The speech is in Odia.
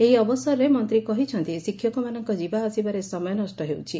ଏହି ଅବସରରେ ମନ୍ତୀ କହିଛନ୍ତି ଶିକ୍ଷକମାନଙ୍କ ଯିବା ଆସିବାରେ ସମୟ ନଷ ହେଉଛି